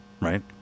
right